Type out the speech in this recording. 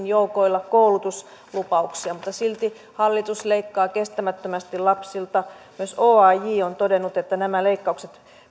joukolla koulutuslupauksia mutta silti hallitus leikkaa kestämättömästi lapsilta myös oaj on todennut että nämä leikkaukset